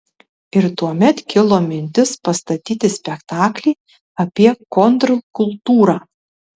ir tuomet kilo mintis pastatyti spektaklį apie kontrkultūrą